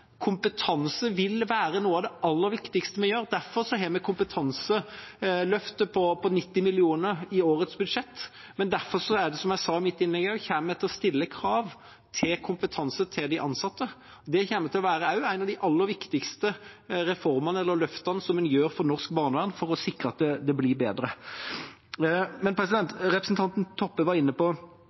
Kompetanse er noe av det aller viktigste, og derfor har vi kompetanseløftet på 90 mill. kr. i årets budsjett. Derfor kommer jeg også, som jeg sa i mitt innlegg, til å stille krav til kompetanse hos de ansatte. Det kommer også til å være en av de aller viktigste reformene, eller løftene, en gjør for norsk barnevern for å sikre at det blir bedre. Representanten Toppe var inne på